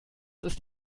ist